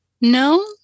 No